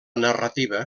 narrativa